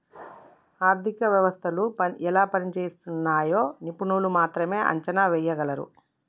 ఆర్థిక వ్యవస్థలు ఎలా పనిజేస్తున్నయ్యో నిపుణులు మాత్రమే అంచనా ఎయ్యగలరు